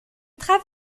travaux